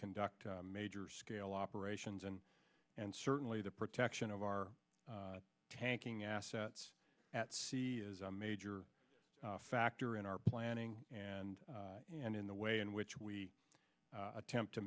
conduct major scale operations and and certainly the protection of our tanking assets at sea is a major factor in our planning and and in the way in which we attempt to